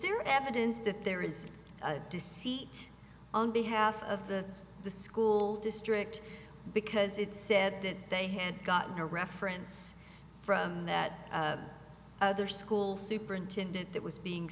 there evidence that there is deceit on behalf of the the school district because it said that they had gotten a reference from that other school superintendent that was being